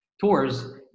tours